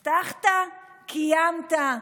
הבטחת, קיימת.